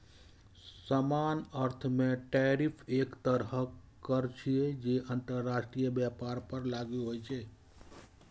सामान्य अर्थ मे टैरिफ एक तरहक कर छियै, जे अंतरराष्ट्रीय व्यापार पर लागू होइ छै